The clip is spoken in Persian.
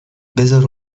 بزار